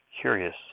Curious